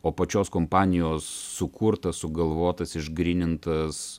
o pačios kompanijos sukurtas sugalvotas išgrynintas